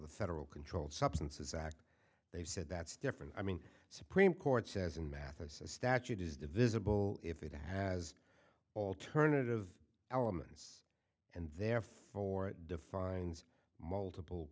the federal controlled substances act they said that's different i mean supreme court says in math a statute is divisible if it has alternative elements and therefore defines multiple